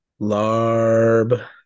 Larb